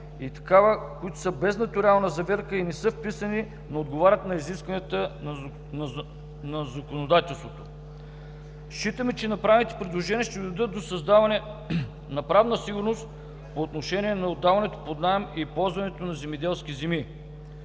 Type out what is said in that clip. които са без нотариална заверка и не са вписани, но отговарят на изискванията на законодателството. Считаме, че направените предложения ще доведат до създаването на правна сигурност по отношение на отдаването под наем и ползването на земеделски земи.